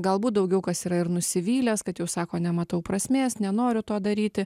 galbūt daugiau kas yra ir nusivylęs kad jau sako nematau prasmės nenoriu to daryti